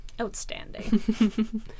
Outstanding